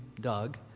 Doug